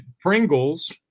Pringles